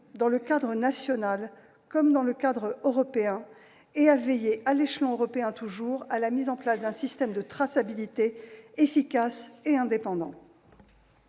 dans le cadre national comme dans le cadre européen, et à veiller, toujours à l'échelon européen, à la mise en place d'un système de traçabilité efficace et indépendant.